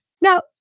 Now